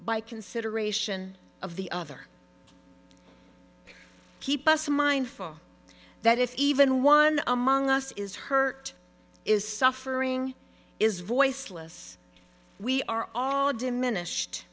by consideration of the other keep us mindful that if even one among us is hurt is suffering is voiceless we are all diminished